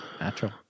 natural